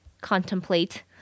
contemplate